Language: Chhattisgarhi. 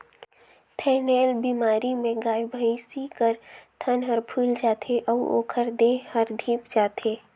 थनैल बेमारी में गाय, भइसी कर थन हर फुइल जाथे अउ ओखर देह हर धिप जाथे